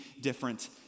different